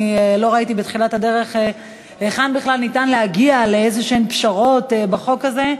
אני לא ראיתי בתחילת הדרך היכן בכלל ניתן להגיע לפשרות בחוק הזה,